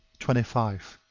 twenty five.